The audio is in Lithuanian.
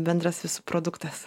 bendras visų produktas